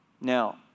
Now